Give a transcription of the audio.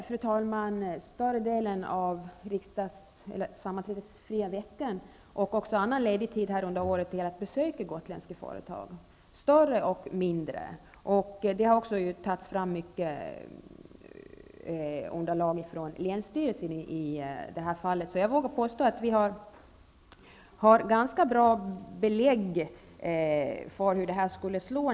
Jag ägnade större delen av den sammanträdesfria veckan och även annan ledig tid under året till att besöka gotländska företag, större och mindre. Länsstyrelsen har också tagit fram mycket underlag i det här fallet. Jag vågar påstå att vi har ganska bra belägg för hur det här skulle slå.